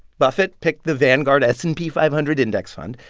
buffett picked the vanguard s and p five hundred index fund.